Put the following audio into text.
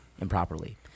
improperly